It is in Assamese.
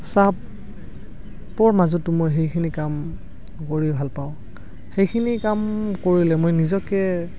চাপ পৰ মাজতো মই সেইখিনি কাম কৰি ভাল পাওঁ সেইখিনি কাম কৰিলে মই নিজকে